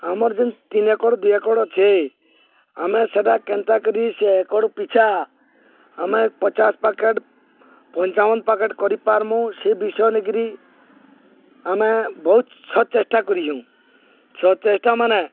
ଆମର୍ ଯେନ୍ତି ତିନି ଏକଡ଼ ଦୁଇ ଏକଡ଼ ଅଛେ ଆମେ ସେଟା କେନ୍ତା କରି ସେ ଏକଡ଼ ପିଛା ଆମେ ପଚାଶ ପ୍ୟାକେଟ୍ ପଞ୍ଚାବନ ପ୍ୟାକେଟ୍ କରିପାର୍ମୁ ସେ ବିଷୟ ନେଇକିରି ଆମେ ବହୁତ ସବ୍ ଚେଷ୍ଟା କରିଛୁଁ ସବ୍ ଚେଷ୍ଟା ମାନେ